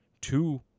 two